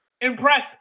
impressive